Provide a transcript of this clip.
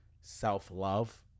self-love